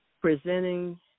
Presenting